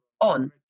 on